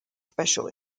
special